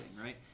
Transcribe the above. right